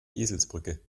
eselsbrücke